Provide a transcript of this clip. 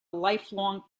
lifelong